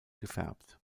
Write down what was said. gefärbt